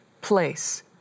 place